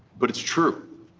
but it's true.